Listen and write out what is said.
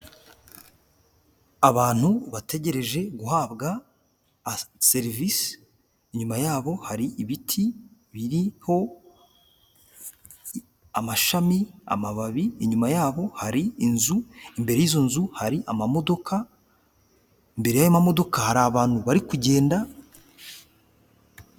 Abantu bategereje guhabwa serivisi, inyuma yabo hari ibiti biriho amashami, amababi, inyuma yabo hari inzu, imbere y'izo nzu hari amamodoka, imbere y'ayo mamodoka hari abantu bari kugenda.